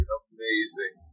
amazing